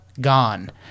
Gone